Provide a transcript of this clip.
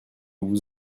vous